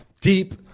deep